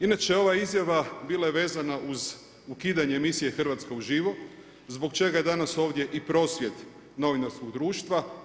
Inače ova izjava bila je vezana uz ukidanje emisije „Hrvatska uživo“ zbog čega je danas ovdje i prosvjed Novinarskog društva.